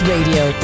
Radio